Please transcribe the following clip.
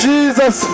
Jesus